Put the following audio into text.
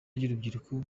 ry’urubyiruko